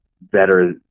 better